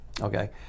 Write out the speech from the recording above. okay